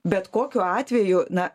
bet kokiu atveju na